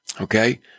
okay